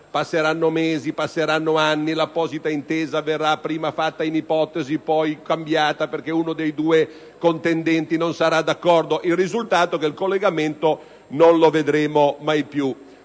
Passeranno mesi, passeranno anni, l'apposita intesa verrà prima ipotizzata e poi cambiata perché uno dei due contendenti non sarà d'accordo. Il risultato sarà che non vedremo mai più